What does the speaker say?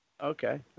Okay